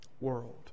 world